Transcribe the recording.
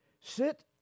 Sit